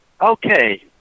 Okay